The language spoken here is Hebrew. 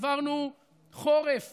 עברנו חורף